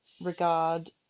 regard